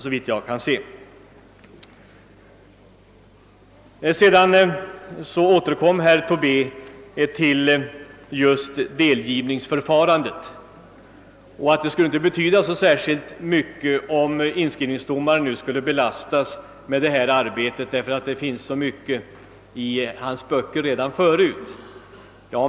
Herr Tobé återkom till delgivningsförfarandet och menade att det inte skulle betyda så särskilt mycket, om inskrivningsdomaren belastades med detta arbete, eftersom denne redan tidigare har att föra in så många andra uppgifter i registren.